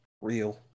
Real